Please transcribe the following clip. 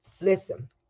Listen